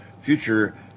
future